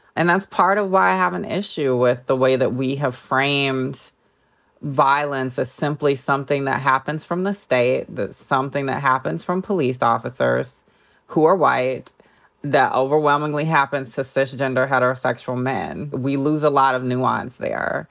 and that's part of why i have an issue with the way that we have framed violence as simply something that happens from the state, something that happens from police officers who are white that overwhelmingly happens to cisgender heterosexual men. we lose a lot of nuance there.